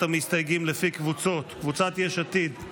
המסתייגים לפי קבוצות: קבוצת סיעת יש עתיד,